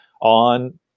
on